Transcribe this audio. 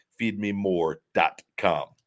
feedmemore.com